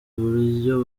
buryo